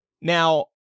Now